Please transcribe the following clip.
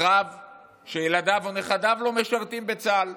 עם רב שנכדיו או ילדיו לא משרתים בצה"ל,